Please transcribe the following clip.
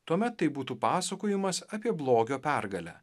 tuomet tai būtų pasakojimas apie blogio pergalę